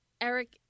Eric